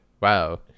Wow